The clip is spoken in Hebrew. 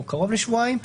או קרוב לשבועיים,